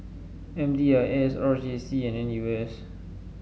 M D I S R J C and N U S